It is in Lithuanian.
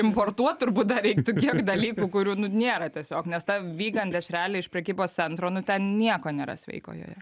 importuot turbūt dar reiktų kiek dalykų kurių nu nėra tiesiog nes ta vygan dešrelė iš prekybos centro nu ten nieko nėra sveiko joje